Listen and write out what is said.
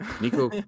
Nico